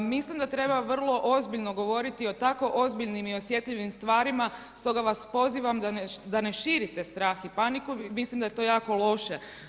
Mislim da treba vrlo ozbiljno govoriti o tako ozbiljnim i osjetljivim stvarima stoga vas pozivam da ne širite strah i paniku, mislim da je to jako loše.